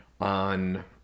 on